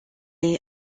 est